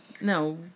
No